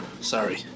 sorry